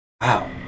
Wow